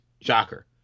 shocker